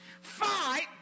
Fight